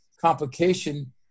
complication